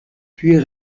puis